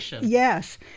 yes